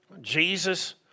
Jesus